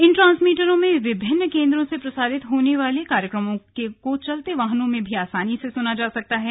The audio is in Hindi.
इन ट्रांसमीटरों से विभिन्न केन्द्रों से प्रसारित होने वाले कार्यक्रमों को चलते वाहनों में भी आसानी से सुना जा सकता है